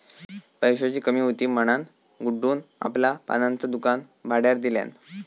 पैशाची कमी हुती म्हणान गुड्डून आपला पानांचा दुकान भाड्यार दिल्यान